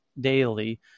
daily